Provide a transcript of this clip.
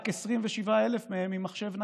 רק 27,000 עם מחשב נייד,